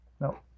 No